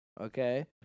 okay